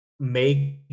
make